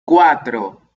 cuatro